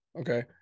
Okay